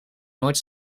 nooit